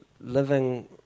living